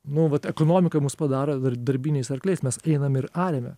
nu vat ekonomika mus padaro dar darbiniais arkliais mes einame ir ariame